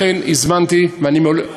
לכן הזמנתי, התושבים העשירים,